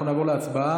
אנחנו נעבור להצבעה.